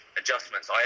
adjustments